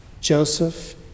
Joseph